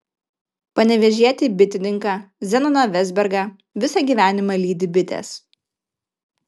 panevėžietį bitininką zenoną vezbergą visą gyvenimą lydi bitės